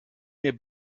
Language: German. mir